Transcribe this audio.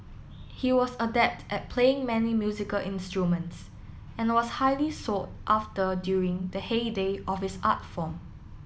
he was adept at playing many musical instruments and was highly sought after during the heyday of his art form